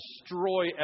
destroy